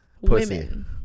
women